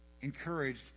encouraged